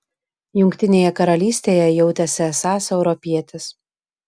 jungtinėje karalystėje jautėsi esąs europietis